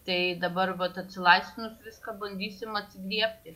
tai dabar vat atsilaisvinus viską bandysim atsigriebti